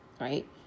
right